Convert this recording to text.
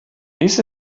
dies